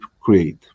create